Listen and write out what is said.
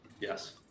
Yes